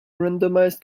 randomized